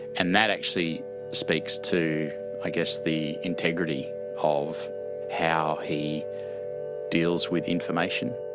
and that actually speaks to i guess the integrity of how he deals with information.